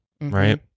right